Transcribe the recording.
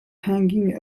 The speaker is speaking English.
hanging